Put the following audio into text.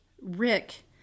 Rick